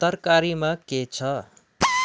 तरकारिमा के छ